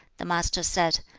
the master said,